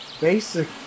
basic